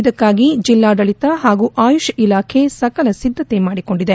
ಇದಕ್ಕಾಗಿ ಎಲ್ಲಾ ಜಿಲ್ಲಾಡಳಿತ ಹಾಗೂ ಆಯುಷ್ ಇಲಾಖೆ ಸಕಲ ಸಿದ್ಗತೆ ಮಾಡಿಕೊಂಡಿದೆ